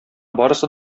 барысы